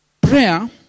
prayer